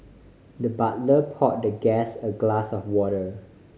the butler pour the guest a glass of water